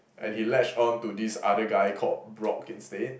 and he latch on to this other guy called Brock instead